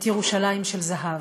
את 'ירושלים של זהב'.